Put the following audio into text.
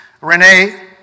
Renee